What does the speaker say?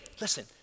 listen